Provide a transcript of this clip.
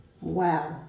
wow